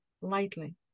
lightly